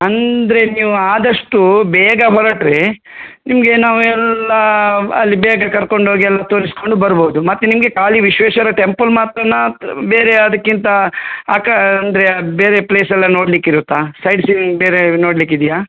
ಅಂದರೆ ನೀವು ಆದಷ್ಟು ಬೇಗ ಹೊರಟರೆ ನಿಮಗೆ ನಾವು ಎಲ್ಲ ಅಲ್ಲಿ ಬೇಗ ಕರ್ಕೊಂಡು ಹೋಗ್ ಎಲ್ಲ ತೋರಿಸಿಕೊಂಡು ಬರಬೋದು ಮತ್ತೆ ನಿಮಗೆ ಖಾಲಿ ವಿಶ್ವೇಶ್ವರ ಟೆಂಪಲ್ ಮಾತ್ರನಾ ಬೇರೆ ಅದಕ್ಕಿಂತ ಅಕ ಅಂದರೆ ಬೇರೆ ಪ್ಲೇಸ್ ಎಲ್ಲ ನೋಡ್ಲಿಕ್ಕೆ ಇರುತ್ತಾ ಸೈಟ್ ಸೀಯಿಂಗ್ ಬೇರೆ ನೋಡ್ಲಿಕ್ಕೆ ಇದೆಯಾ